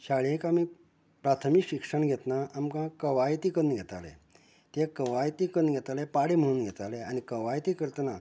शाळेंत आमी प्राथमीक शिक्षण घेतना आमकां कवायती कन्न घेताले तें कवायती कन्न घेताले पाडे म्हणून घेताले आनी कवायती करतना